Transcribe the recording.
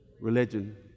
Religion